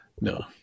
No